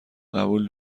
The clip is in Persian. قبول